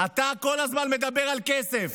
אתה כל הזמן מדבר על כסף.